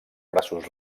braços